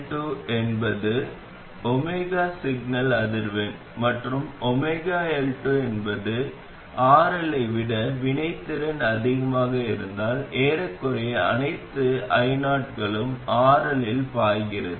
𝜔L2 என்பது omega signal அதிர்வெண் மற்றும் 𝜔L2 என்பது RL ஐ விட வினைத்திறன் அதிகமாக இருந்தால் ஏறக்குறைய அனைத்து ioகளும் RL இல் பாய்கிறது